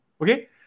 Okay